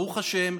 ברוך השם,